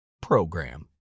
program